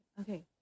Okay